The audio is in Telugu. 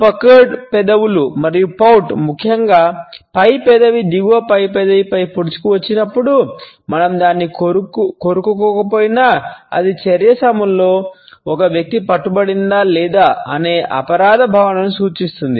పుకెర్డ్ ముఖ్యంగా పై పెదవి దిగువ పెదవిపై పొడుచుకు వచ్చినప్పుడు మనం దానిని కొరుకు కోకపోయినా అది చర్య సమయంలో ఒక వ్యక్తి పట్టుబడిందా లేదా అనే అపరాధ భావనను సూచిస్తుంది